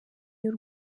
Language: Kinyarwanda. y’u